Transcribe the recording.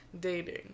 dating